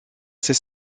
ses